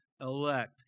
elect